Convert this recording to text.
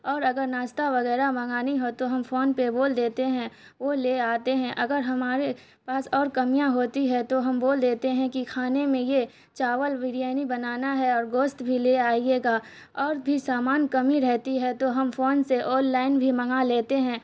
اور اگر ناشتہ وغیرہ منگانی ہو تو ہم فون پہ بول دیتے ہیں وہ لے آتے ہیں اگر ہمارے پاس اور کمیاں ہوتی ہے تو ہم بول دیتے ہیں کہ کھانے میں یہ چاول بریانی بنانا ہے اور گوشت بھی لے آئیے گا اور بھی سامان کمی رہتی ہے تو ہم فون سے آن لائن بھی منگا لیتے ہیں